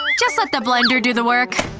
just let the blender do the work.